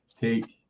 take